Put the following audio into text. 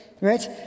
Right